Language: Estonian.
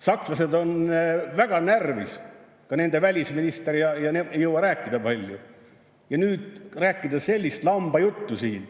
Sakslased on väga närvis, ka nende välisminister. Ma ei jõua rääkida palju. Aga nüüd rääkida sellist lambajuttu siin